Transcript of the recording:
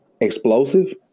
explosive